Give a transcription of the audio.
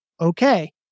okay